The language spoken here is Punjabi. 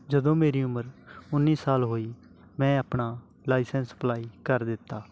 ਜਦੋਂ ਮੇਰੀ ਉਮਰ ਉੱਨੀ ਸਾਲ ਹੋਈ ਮੈਂ ਆਪਣਾ ਲਾਈਸੈਂਸ ਅਪਲਾਈ ਕਰ ਦਿੱਤਾ